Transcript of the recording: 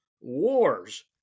wars